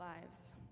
Lives